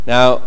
Now